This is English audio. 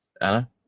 Anna